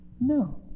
No